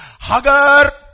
Hagar